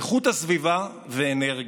איכות הסביבה ואנרגיה,